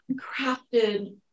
crafted